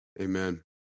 Amen